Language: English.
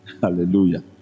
hallelujah